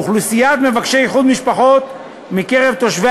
אוכלוסיית מבקשי איחוד משפחות מקרב תושבי